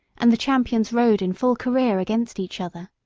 and the champions rode in full career against each other.